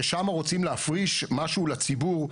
ששם רוצים להפריש משהו לציבור,